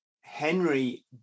henry